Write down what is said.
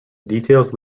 details